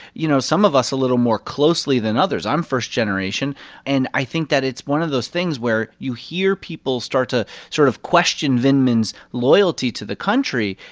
you know, some of us a little more closely than others. i'm first generation and i think that it's one of those things where you hear people start to sort of question vindman's loyalty to the country.